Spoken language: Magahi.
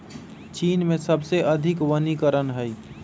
चीन में सबसे अधिक वनीकरण हई